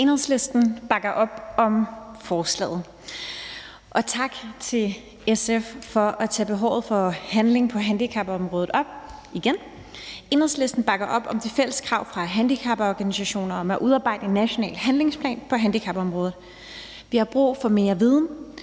Enhedslisten bakker op om forslaget. Og tak til SF for at tage behovet for handling på handicapområdet op igen. Enhedslisten bakker op om de fælles krav fra handicaporganisationer om at udarbejde en national handlingsplan for handicapområdet. Vi har brug for mere viden